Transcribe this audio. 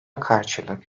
karşılık